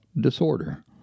disorder